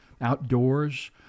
outdoors